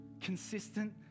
consistent